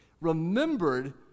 remembered